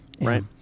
right